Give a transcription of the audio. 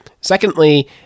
Secondly